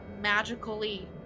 magically